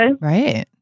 Right